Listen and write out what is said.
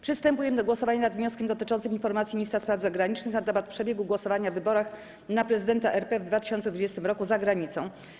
Przystępujemy do głosowania nad wnioskiem dotyczącym informacji ministra spraw zagranicznych na temat przebiegu głosowania w wyborach na prezydenta RP w 2020 r. za granicą.